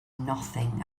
nothing